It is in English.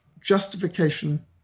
Justification